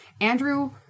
Andrew